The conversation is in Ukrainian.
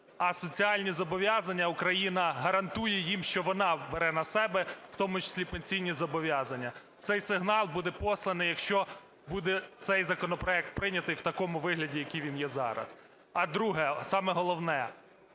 а соціальні зобов'язання Україна гарантує їм, що вона бере на себе, в тому числі й пенсійні зобов'язання. Цей сигнал буде посланий, якщо буде цей законопроект прийнятий в такому вигляді, який він є зараз. А друге, саме головне.